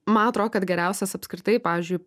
man atrodo kad geriausias apskritai pavyzdžiui